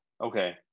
Okay